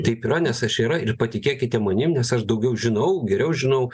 taip yra nes aš yra ir patikėkite manim nes aš daugiau žinau geriau žinau